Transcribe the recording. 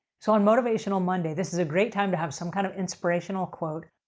so, on motivational monday, this is a great time to have some kind of inspirational quote.